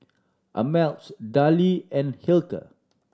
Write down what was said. Ameltz Darlie and Hilker